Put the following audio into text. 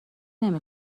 نمی